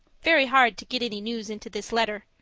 very hard to get any news into this letter!